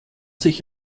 sich